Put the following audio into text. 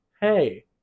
Hey